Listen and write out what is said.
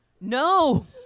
No